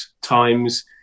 times